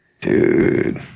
dude